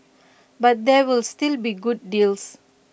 but there will still be good deals